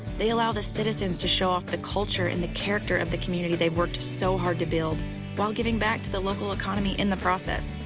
they allow the citizens to show off the culture and the character of the community they've worked so hard to build while giving back to the local economy in the process.